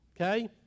okay